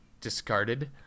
discarded